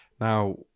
Now